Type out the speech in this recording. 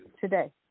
today